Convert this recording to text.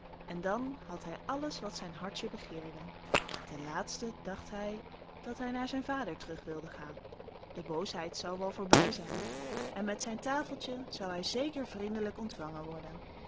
en dan had hij alles wat zijn hart begeerde ten laatste dacht hij dat hij naar zijn vader terug wilde gaan de boosheid zou wel voorbij zijn en met zijn tafeltje zou hij zeker vriendelijk ontvangen worden